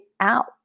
out